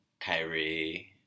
Kyrie